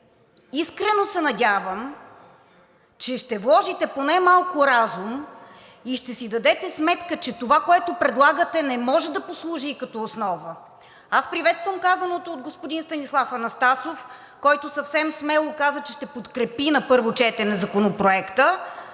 Искрено се надявам, че ще вложите поне малко разум и ще си дадете сметка, че това, което предлагате, не може да послужи като основа. Аз приветствам казаното от господин Станислав Анастасов, който съвсем смело каза, че ще подкрепи на първо четене Законопроекта,